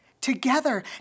together